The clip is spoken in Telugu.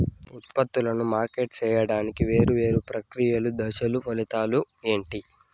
ఉత్పత్తులను మార్కెట్ సేయడానికి వేరువేరు ప్రక్రియలు దశలు ఫలితాలు ఏంటి?